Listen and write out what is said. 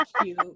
cute